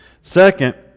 Second